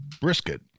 brisket